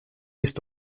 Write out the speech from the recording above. ist